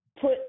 put